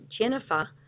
Jennifer